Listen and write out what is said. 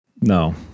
No